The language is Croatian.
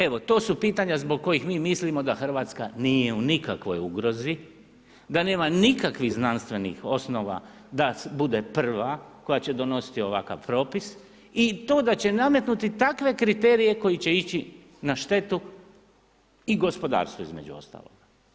Evo to su pitanja zbog kojih mi mislimo da Hrvatska nije u nikakvoj ugrozi, da nema nikakvih znanstvenih osnova da bude prva koja će donositi ovakav propis i to da će nametnuti takve kriterije koji će ići na štetu i gospodarstvu između ostalog.